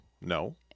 no